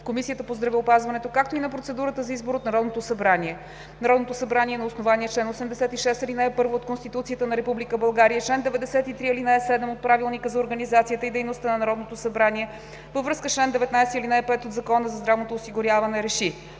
Комисията по здравеопазването, както и на процедурата за избор от Народното събрание Народното събрание на основание чл. 86, ал. 1 от Конституцията на Република България и чл. 93, ал. 7 от Правилника за организацията и дейността на Народното събрание във връзка с чл. 19, ал. 5 от Закона за здравното осигуряване РЕШИ: